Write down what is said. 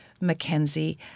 Mackenzie